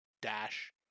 dash